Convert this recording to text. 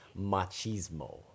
Machismo